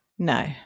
No